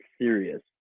serious